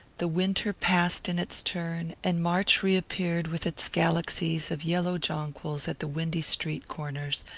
the winter passed in its turn, and march reappeared with its galaxies of yellow jonquils at the windy street corners,